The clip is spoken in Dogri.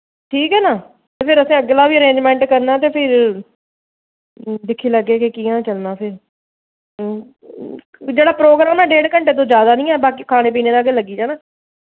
ठीक ऐ ना ते फिर असें अगला बी अरेंजमैंट करना ते फिर दिक्खी लैगे के कि'यां चलना फिर जेह्ड़ा प्रोग्राम ऐ डे घंटे तो जैदा निं ऐ बाकी खाने पीने दा गै लग्गी जाना